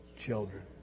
Children